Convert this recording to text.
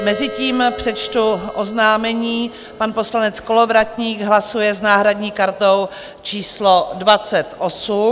Mezitím přečtu oznámení: pan poslanec Kolovratník hlasuje s náhradní kartou číslo 28.